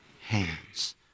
hands